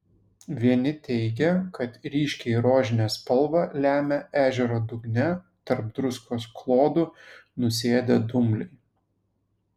vieni teigė kad ryškiai rožinę spalvą lemia ežero dugne tarp druskos klodų nusėdę dumbliai